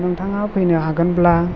नोंथाङा फैनो हागोनब्ला